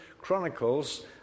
chronicles